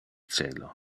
celo